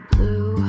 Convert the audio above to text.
Blue